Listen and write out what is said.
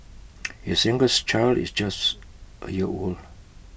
his youngest child is just A year old